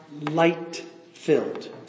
light-filled